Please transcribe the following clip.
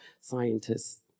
scientists